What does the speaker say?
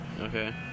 Okay